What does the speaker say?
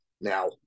Now